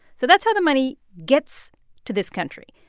so that's how the money gets to this country.